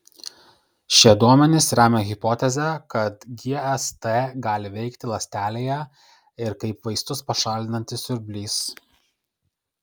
šie duomenys remia hipotezę kad gst gali veikti ląstelėje ir kaip vaistus pašalinantis siurblys